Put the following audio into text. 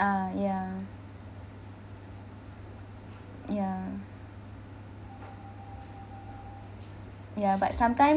ah ya ya ya but sometimes